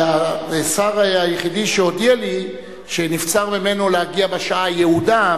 השר היחידי שהודיע לי שנבצר ממנו להגיע בשעה היעודה,